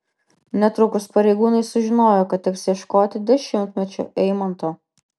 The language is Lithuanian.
netrukus pareigūnai sužinojo kad teks ieškoti dešimtmečio eimanto